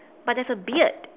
but there's a beard